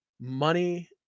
money